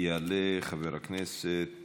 יעלה חבר הכנסת